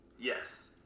Yes